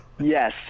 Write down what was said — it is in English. Yes